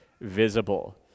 visible